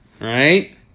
right